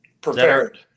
Prepared